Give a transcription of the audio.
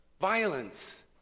violence